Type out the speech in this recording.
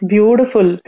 Beautiful